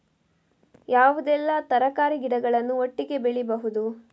ಯಾವುದೆಲ್ಲ ತರಕಾರಿ ಗಿಡಗಳನ್ನು ಒಟ್ಟಿಗೆ ಬೆಳಿಬಹುದು?